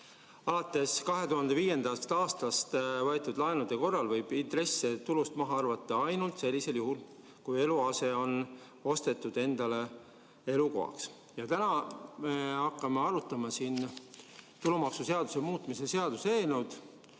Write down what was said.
Alates 2005. aastast võetud laenude korral võib intresse tulust maha arvata ainult sellisel juhul, kui eluase on ostetud endale elukohaks. Täna me hakkame siin arutama tulumaksuseaduse muutmise seaduse